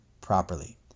properly